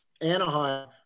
Anaheim